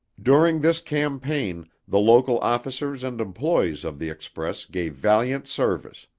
during this campaign, the local officers and employes of the express gave valiant service.